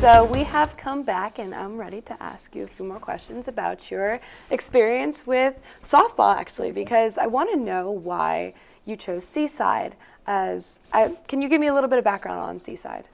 so we have come back and i'm ready to ask you a few more questions about your experience with softball actually because i want to know why you chose seaside as can you give me a little bit of background seaside